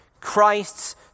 Christ's